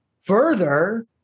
Further